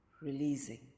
releasing